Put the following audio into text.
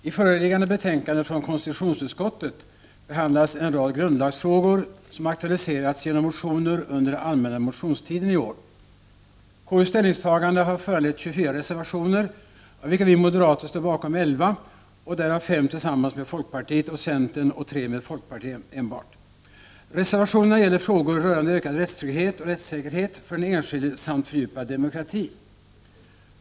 Fru talman! I föreliggande betänkande från konstitutionsutskottet behandlas en rad grundlagsfrågor, som har aktualiserats genom motioner under allmänna motionstiden i år. KU:s ställningstagande har föranlett 24 reservationer, av vilka vi moderater står bakom 11, därav 5 tillsammans med folkpartiet och centern och 3 tillsammans med enbart folkpartiet. Reservationerna gäller frågor rörande ökad rättstrygghet och rättssäkerhet för den enskilde samt fördjupad demokrati.